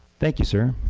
thank you sir.